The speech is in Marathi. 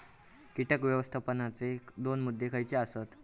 कीटक व्यवस्थापनाचे दोन मुद्दे खयचे आसत?